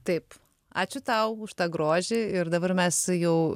taip ačiū tau už tą grožį ir dabar mes jau